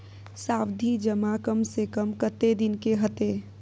सावधि जमा कम से कम कत्ते दिन के हते?